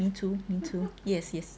me too me too yes yes